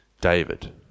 David